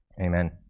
Amen